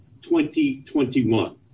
2021